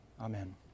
Amen